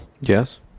Yes